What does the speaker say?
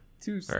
two